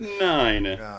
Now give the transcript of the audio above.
Nine